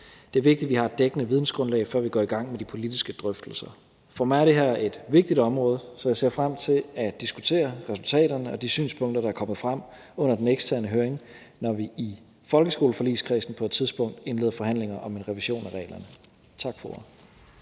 Det er vigtigt, at vi har et dækkende vidensgrundlag, før vi går i gang med de politiske drøftelser. For mig er det her et vigtigt område, så jeg ser frem til at diskutere resultaterne og de synspunkter, der er kommet frem under den eksterne høring, når vi i folkeskoleforligskredsen på et tidspunkt indleder forhandlinger om en revision af reglerne. Tak for